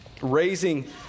raising